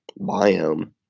biome